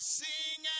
sing